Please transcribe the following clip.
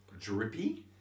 drippy